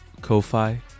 Ko-Fi